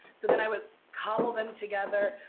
so then i would cobble them together.